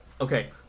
Okay